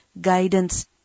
guidance